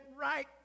right